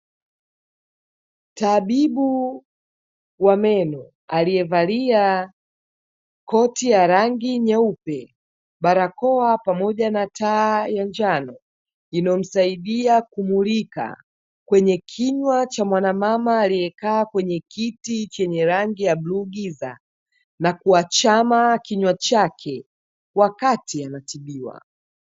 Tabibu wa meno alieyevalia koti ya rangi nyeupe, barakoa pamoja na taa ya njano, inayomsaidia kumulika kwenye kinywa cha mwanamama aliyekaa kwenye kiti chenye rangi ya bluu-giza na kuachama kinywa chake wakati anatibiwa.